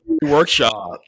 Workshop